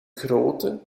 grootte